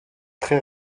très